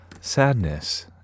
sadness